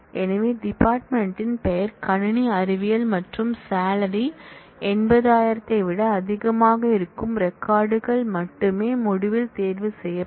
எனவே டிபார்ட்மென்ட் யின் பெயர் கணினி அறிவியல் மற்றும் சாலரி 8000 ஐ விட அதிகமாக இருக்கும் ரெக்கார்ட் கள் மட்டுமே முடிவில் தேர்வு செய்யப்படும்